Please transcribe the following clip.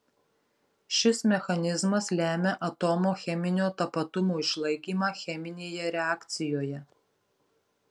šis mechanizmas lemia atomo cheminio tapatumo išlaikymą cheminėje reakcijoje